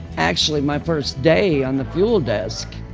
actually, my first day on the fuel desk,